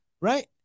Right